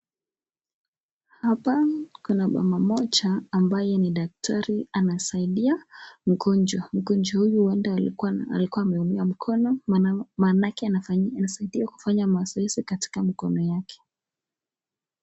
Hapa kuna mama mmoja ambaye ni daktari anasaidia mgonjwa, mgonjwa huyo huenda alikuwa ameumia mkono manake anasaidiwa kufanya mazoezi katika mkono yake.